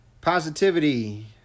positivity